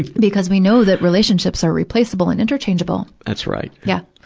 because we know that relationships are replaceable and interchangeable. that's right. yeah.